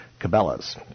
Cabela's